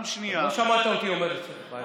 לא שמעת אותי אומר את זה.